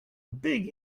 big